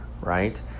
right